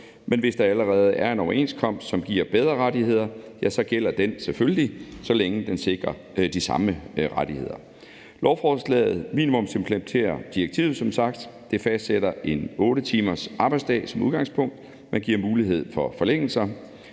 men hvis der allerede er en overenskomst, som giver bedre rettigheder, så gælder den selvfølgelig, så længe den sikrer de samme rettigheder. Lovforslaget minimumsimplementerer som sagt direktivet. Det fastsætter end 8-timers arbejdsdag som udgangspunkt, men giver mulighed for forlængelser.